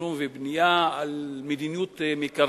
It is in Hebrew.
תכנון ובנייה, על מדיניות מקרקעין.